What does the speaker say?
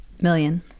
Million